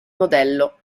modello